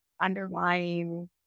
underlying